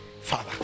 Father